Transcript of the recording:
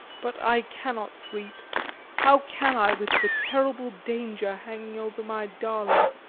but i cannot sleep how can i with the terrible danger hanging over my darling,